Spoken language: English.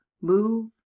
move